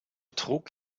trug